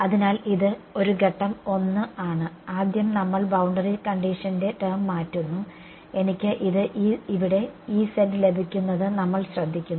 അതിനാൽ ഇത് ഒരു ഘട്ടം 1 ആണ് ആദ്യം നമ്മൾ ബൌണ്ടറി കണ്ടിഷൻറെ ടേo മാറ്റുന്നു എനിക്ക് ഇവിടെ ലഭിക്കുന്നത് നമ്മൾ ശ്രദ്ധിക്കുന്നു